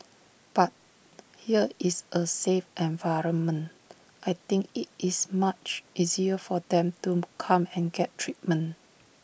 but here is A safe environment I think IT is much easier for them to come and get treatment